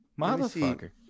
motherfucker